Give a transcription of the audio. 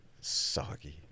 Soggy